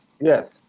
Yes